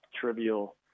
trivial